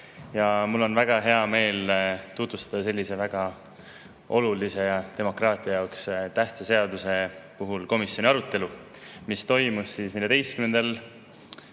Ja mul on väga hea meel tutvustada selle väga olulise ja demokraatia jaoks tähtsa seaduse puhul komisjoni arutelu, mis toimus 14.